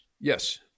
Yes